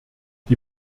die